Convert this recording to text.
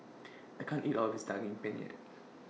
I can't eat All of This Daging Penyet